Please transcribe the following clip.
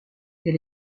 elle